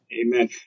Amen